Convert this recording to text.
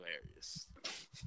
hilarious